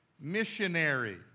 Missionary